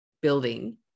building